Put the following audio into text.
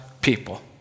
People